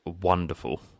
wonderful